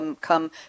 come